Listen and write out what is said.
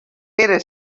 era